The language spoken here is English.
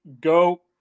Go